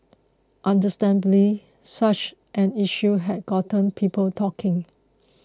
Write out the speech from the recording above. understandably such an issue has gotten people talking